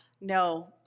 No